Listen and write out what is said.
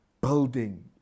building